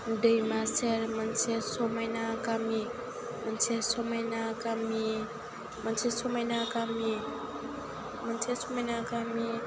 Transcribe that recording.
दैमा सेर मोनसे समायना गामि मोनसे समायना गामि मोनसे समायना गामि मोनसे समायना गामि